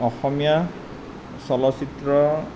অসমীয়া চলচ্চিত্ৰ